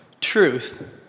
truth